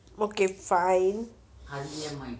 okay fine